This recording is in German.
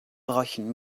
bräuchen